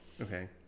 Okay